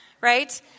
Right